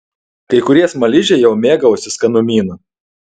kai kurie smaližiai jau mėgavosi skanumynu